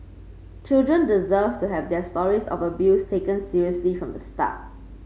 children deserve to have their stories of abuse taken seriously from the start